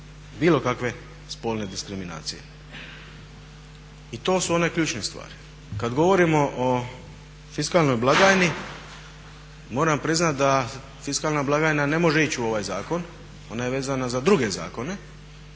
bilo kakve spolne diskriminacije. I to su one ključne stvari. Kad govorimo o fiskalnoj blagajni moram priznati da fiskalna blagajne ne može ići u ovaj zakon, ona je vezana za druge zakone